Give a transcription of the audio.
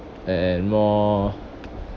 and more